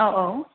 औ औ